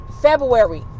February